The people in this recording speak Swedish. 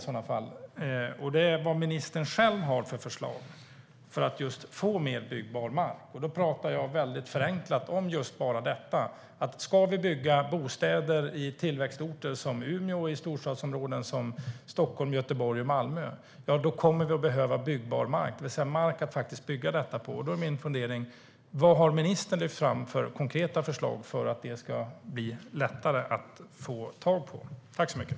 Vad har ministern själv för förslag för att få mer byggbar mark? Jag pratar förenklat om att om det ska byggas bostäder i tillväxtorter som Umeå och i storstadsområden som Stockholm, Göteborg och Malmö kommer det att behövas byggbar mark. Vilka konkreta förslag har ministern för att det ska bli lättare att få tag på byggbar mark?